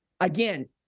Again